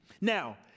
Now